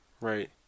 Right